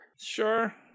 sure